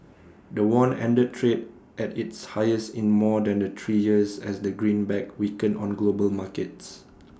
the won ended trade at its highest in more than the three years as the greenback weakened on global markets